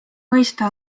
mõista